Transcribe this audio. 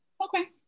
Okay